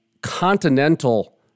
continental